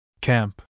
Camp